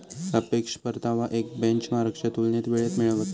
सापेक्ष परतावा एक बेंचमार्कच्या तुलनेत वेळेत मिळता